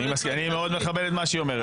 היא אומרת ש --- אני מאוד מכבד את מה שהיא אומרת,